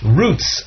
roots